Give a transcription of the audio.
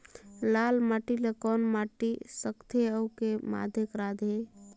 लाल माटी ला कौन माटी सकथे अउ के माधेक राथे?